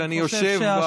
כשאני יושב,